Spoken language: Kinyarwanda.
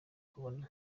kubona